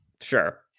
Sure